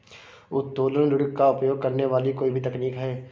उत्तोलन ऋण का उपयोग करने वाली कोई भी तकनीक है